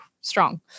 strong